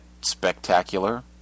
spectacular